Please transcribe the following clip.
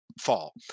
fall